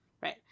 Right